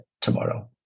tomorrow